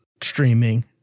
streaming